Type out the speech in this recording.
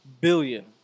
billion